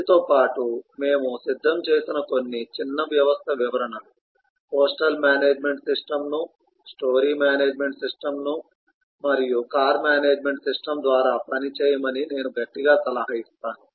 వీటితో పాటు మేము సిద్ధం చేసిన కొన్ని చిన్న వ్యవస్థ వివరణలు పోస్టల్ మేనేజ్మెంట్ సిస్టమ్ను స్టోరీ మేనేజ్మెంట్ సిస్టమ్ మరియు కార్ మేనేజ్మెంట్ సిస్టమ్ ద్వారా పని చేయమని నేను గట్టిగా సలహా ఇస్తాను